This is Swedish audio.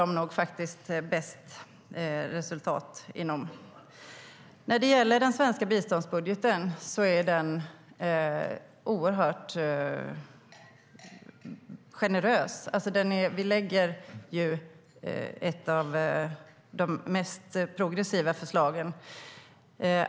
Det är nog faktiskt Sverigedemokraterna som har bäst resultat på det området. Den svenska biståndsbudgeten är oerhört generös. Vi har ett av de mest progressiva förslagen.